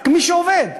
רק מי שעובד.